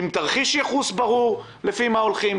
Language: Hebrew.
עם תרחיש ייחוס ברור לפי מה הולכים,